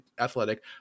Athletic